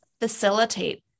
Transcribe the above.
facilitate